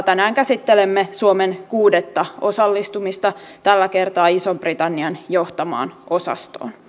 tänään käsittelemme suomen kuudetta osallistumista tällä kertaa ison britannian johtamaan osastoon